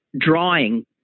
drawing